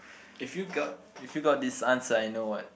if you got if you got this answer I know what